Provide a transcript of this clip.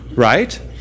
Right